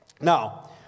now